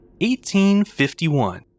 1851